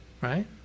right